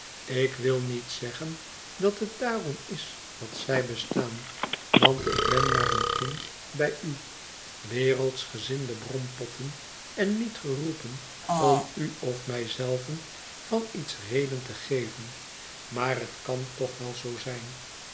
ik wil niet zeggen dat het daarom is dat zij bestaan want ik ben maar een kind bij u wereldsgezinde brompotten en niet geroepen om u of mij zelven van iets reden te geven maar het kan toch wel zoo zijn